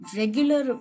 regular